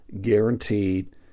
guaranteed